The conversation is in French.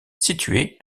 située